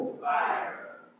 Fire